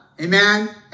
Amen